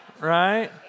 right